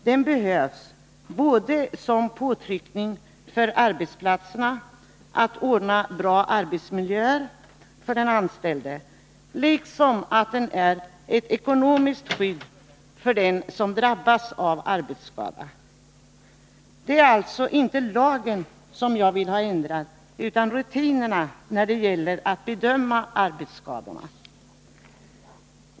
Den behövs både som påtryckning för arbetsplatserna att ordna bra arbetsmiljöer för den anställde och för att den är ett ekonomiskt skydd för den som drabbas av arbetsskada. Det är alltså inte lagen jag vill ha ändrad utan rutinerna när det gäller att bedöma arbetsskadorna.